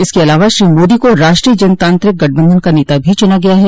इसके अलावा श्री मोदी को राष्ट्रीय जनतांत्रिक गठबंधन का नेता भी चूना गया है